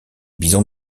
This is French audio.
bisons